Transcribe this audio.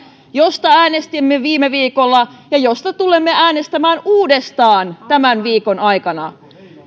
josta äänestimme viime viikolla ja josta tulemme äänestämään uudestaan tämän viikon aikana